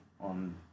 on